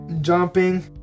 jumping